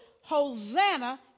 Hosanna